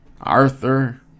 Arthur